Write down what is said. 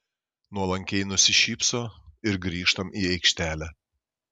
nuolankiai nusišypso ir grįžtam į aikštelę